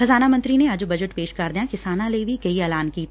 ਖ਼ਜ਼ਾਨਾ ਮੰਤਰੀ ਨੇ ਅੱਜ ਬਜਟ ਪੇਸ਼ ਕਰਦਿਆਂ ਕਿਸਾਨਾਂ ਲਈ ਵੀ ਕਈ ਐਲਾਨ ਕੀਤੇ